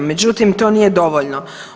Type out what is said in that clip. Međutim, to nije dovoljno.